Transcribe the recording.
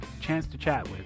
ChanceToChatWith